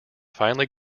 finally